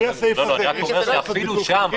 אני רק אומר שאפילו שם,